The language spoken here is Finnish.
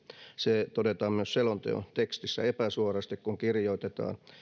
se todetaan myös selonteon tekstissä epäsuorasti kun kirjoitetaan